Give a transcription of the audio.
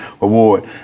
award